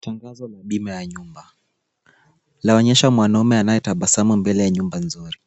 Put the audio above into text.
Tangazo la bima ya nyumba laonyesha mwanaume anaye tabasamu mbele ya nyumba nzuri.